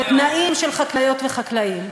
ובתנאים של חקלאיות וחקלאים.